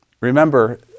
Remember